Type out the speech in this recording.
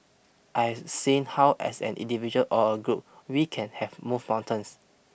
I have seen how as an individual or a group we can have move mountains